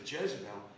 Jezebel